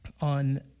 on